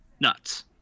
nuts